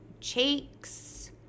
Cheeks